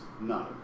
no